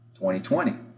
2020